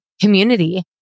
community